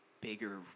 bigger